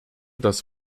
das